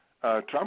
Trump